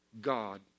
God